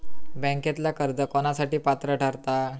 बँकेतला कर्ज कोणासाठी पात्र ठरता?